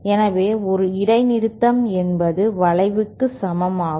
எனவே ஒரு இடைநிறுத்தம் என்பது வளைவுக்கு சமமாகும்